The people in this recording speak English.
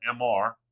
MR